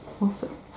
Awesome